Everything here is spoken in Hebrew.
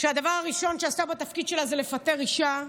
שהדבר הראשון שעשתה בתפקיד שלה זה לפטר אישה,